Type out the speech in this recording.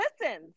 listens